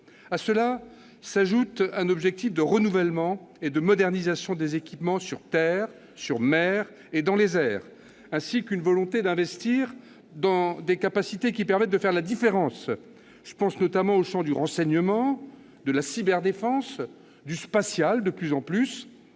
À cela s'ajoutent un objectif de renouvellement et de modernisation des équipements sur terre, sur mer et dans les airs, ainsi qu'une volonté d'investir dans des capacités qui permettent de faire la différence, notamment dans les champs du renseignement, de la cyberdéfense et, de plus en plus,